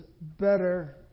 better